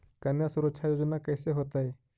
कन्या सुरक्षा योजना कैसे होतै?